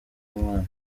umwana